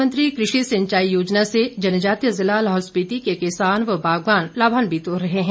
प्रधानमंत्री कृषि सिंचाई योजना से जनजातीय जिला लाहौल स्पिति के किसान व बागवान लाभान्वित हो रहे हैं